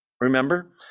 Remember